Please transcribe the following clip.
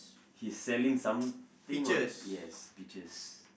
he's selling something on yes beaches